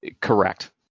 Correct